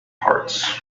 parts